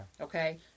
Okay